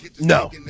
No